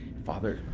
father,